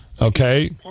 okay